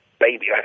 baby